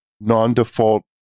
non-default